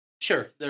Sure